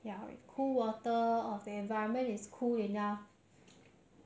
uh 我吃很多东西 like for instance when I just eat rice and dishes